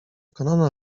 przekonana